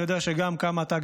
אני יודע כמה אתה,